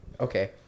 Okay